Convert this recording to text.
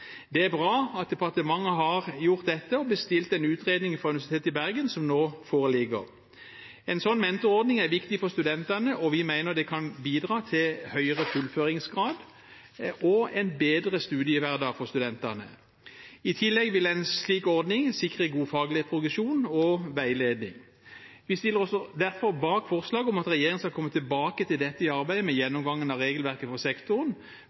Det er bra at departementet har gjort dette og bestilt en utredning fra Universitetet i Bergen som nå foreligger. En sånn mentorordning er viktig for studentene, og vi mener at det kan bidra til høyere fullføringsgrad og en bedre studiehverdag for studentene. I tillegg vil en slik ordning sikre god faglig progresjon og veiledning. Vi stiller oss derfor bak forslaget om at regjeringen skal komme tilbake til dette i arbeidet med gjennomgangen av regelverket på sektoren